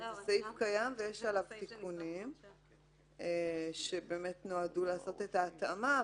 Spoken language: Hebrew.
הסעיף קיים ויש עליו תיקונים שנועדו לעשות את ההתאמה.